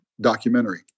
documentary